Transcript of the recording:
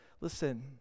Listen